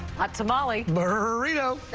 hot tamale. burrito.